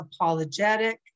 apologetic